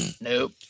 Nope